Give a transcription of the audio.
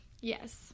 Yes